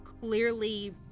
clearly